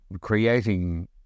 creating